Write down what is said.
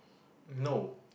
no